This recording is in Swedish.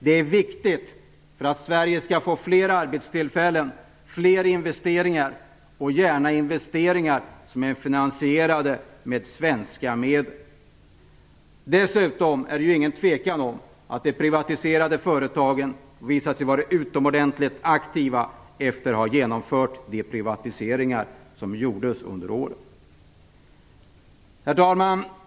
Det är viktigt för att Sverige skall få fler arbetstillfällen, fler investeringar och gärna investeringar som är finansierade med svenska medel. Dessutom råder det inget tvivel om att de privatiserade företagen har varit utomordentligt aktiva efter de privatiseringar som genomförts under åren. Herr talman!